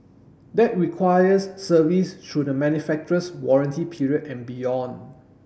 that requires service through the manufacturer's warranty period and beyond